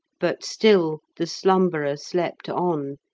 but still the slumberer slept on,